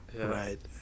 right